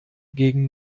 gegen